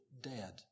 dead